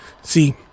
See